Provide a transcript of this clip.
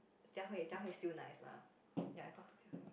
Jia-Hui Jia-Hui still nice lah ya I talk to Jia-Hui